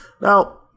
Now